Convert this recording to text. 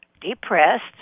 depressed